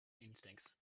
instincts